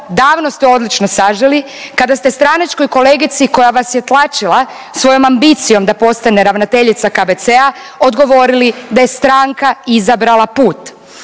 davno ste odlično saželi kada ste stranačkoj kolegici koja vas je tlačila svojom ambicijom da postane ravnateljica KBC-a odgovorili da je stranka izabrala put.